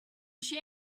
she